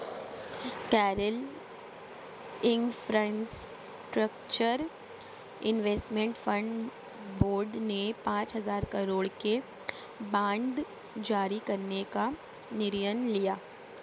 Kerala infrastructure investment fund board ने पांच हजार करोड़ के बांड जारी करने का निर्णय लिया